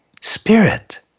spirit